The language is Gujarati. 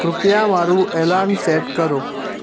કૃપયા મારું એલાર્મ સૅટ કરો